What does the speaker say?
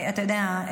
אתה יודע,